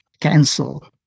cancel